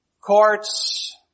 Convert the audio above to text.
courts